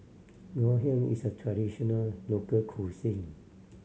Ngoh Hiang is a traditional local cuisine